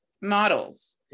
models